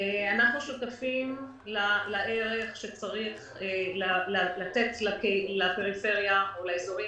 אנחנו שותפים לכך שצריך לתת לפריפריה או לאזורים